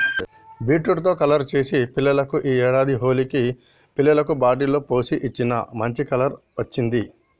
beetroot తో colour చేసి పిల్లలకు ఈ ఏడాది హోలికి పిల్లలకు బాటిల్ లో పోసి ఇచ్చిన, మంచి కలర్ వచ్చింది